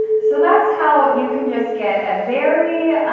so that's how you can just get a very